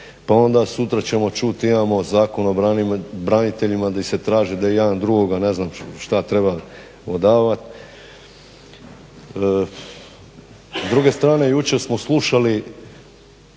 Pa onda sutra ćemo čuti, imamo Zakon o braniteljima di se traže da jedan druoga ne znam šta treba odavat.